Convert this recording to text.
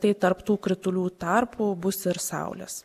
tai tarp tų kritulių tarpų bus ir saulės